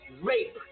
rape